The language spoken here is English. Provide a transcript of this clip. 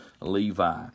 Levi